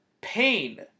pain